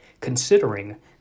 considering